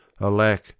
Alack